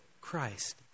Christ